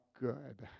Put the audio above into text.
good